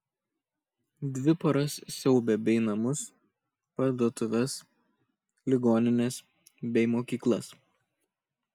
dvi paras siaubė bei namus parduotuves ligonines bei mokyklas